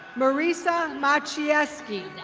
marisa machieski.